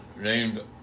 named